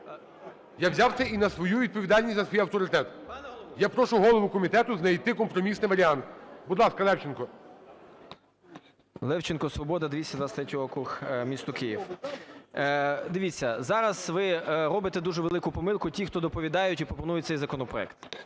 Я взяв це і на свою відповідальність, за свій авторитет. Я прошу голову комітету знайти компромісний варіант. Будь ласка, Левченко. 17:31:25 ЛЕВЧЕНКО Ю.В. Левченко, "Свобода", 223 округ, місто Київ. Дивіться, зараз ви робите дуже велику помилку, ті, хто доповідають і пропонують цей законопроект.